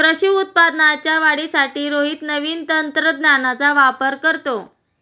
कृषी उत्पादनाच्या वाढीसाठी रोहित नवीन तंत्रज्ञानाचा वापर करतो